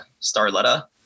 Starletta